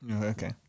Okay